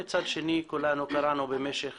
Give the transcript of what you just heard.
ומצד שני כולנו קראנו במשך